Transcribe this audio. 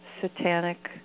satanic